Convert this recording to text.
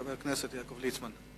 חבר הכנסת יעקב ליצמן.